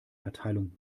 verteilung